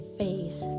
faith